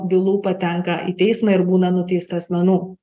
bylų patenka į teismą ir būna nuteista asmenų